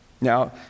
Now